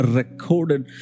recorded